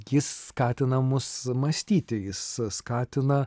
jis skatina mus mąstyti jis skatina